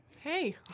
Hey